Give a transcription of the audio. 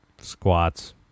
squats